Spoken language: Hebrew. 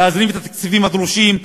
להזרים את התקציבים הדרושים,